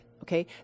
okay